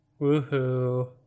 Woohoo